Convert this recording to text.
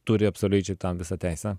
turi absoliučiai tam visą teisę